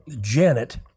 Janet